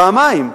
פעמיים.